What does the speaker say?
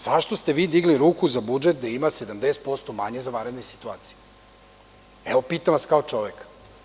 Zašto ste vi digli ruku za budžet gde ima 70% manje za vanredne situacije, evo, pitam vas kao čoveka?